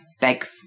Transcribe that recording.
beg